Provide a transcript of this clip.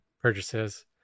purchases